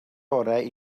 orau